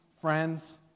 friends